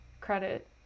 credit